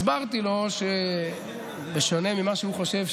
הסברתי לו שבשונה ממה שהוא חושב,